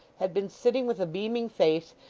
had been sitting with a beaming face,